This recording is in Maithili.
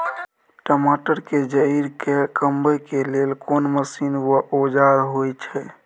टमाटर के जईर के कमबै के लेल कोन मसीन व औजार होय छै?